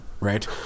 right